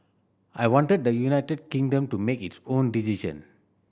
I want the United Kingdom to make its own decision